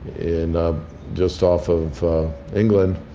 and just off of england.